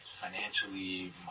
financially